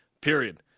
period